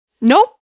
nope